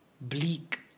bleak